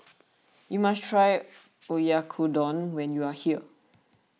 you must try Oyakodon when you are here